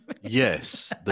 Yes